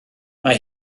mae